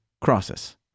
crosses